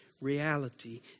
reality